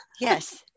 yes